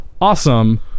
awesome